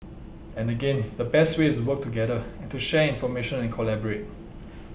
and again the best way is to work together and to share information and to collaborate